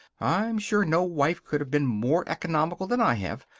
i'm sure no wife could have been more economical than i have.